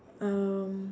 um